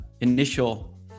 initial